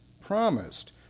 promised